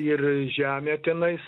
ir žemė tenais